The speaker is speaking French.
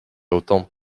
autant